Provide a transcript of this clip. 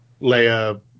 Leia